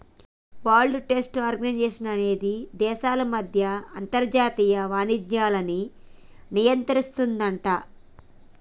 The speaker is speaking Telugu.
వరల్డ్ ట్రేడ్ ఆర్గనైజేషన్ అనేది దేశాల మధ్య అంతర్జాతీయ వాణిజ్యాన్ని నియంత్రిస్తుందట